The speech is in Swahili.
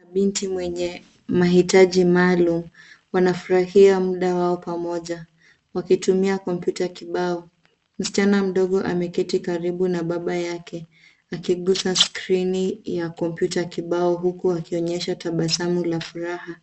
Kuna binti mwenye mahitaji maalum. Wanafurahia muda wao pamoja, wakitumia kompyuta kibao. Msichana mdogo ameketi karibu na baba yake akigusa skrini ya kompyuta kibao huku akionyesha tabasamu la furaha.